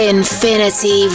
Infinity